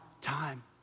time